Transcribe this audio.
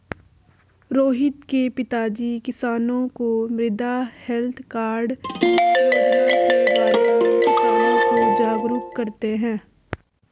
रोहित के पिताजी किसानों को मृदा हैल्थ कार्ड योजना के बारे में किसानों को जागरूक करते हैं